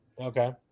Okay